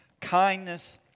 kindness